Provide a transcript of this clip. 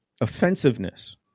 offensiveness